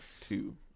two